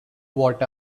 what